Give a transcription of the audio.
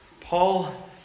Paul